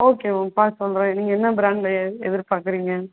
okay ma'am பார்த்து சொல்லுறேன் நீங்கள் என்ன ப்ராண்ட்டில் எ எதிர்பார்க்குறிங்க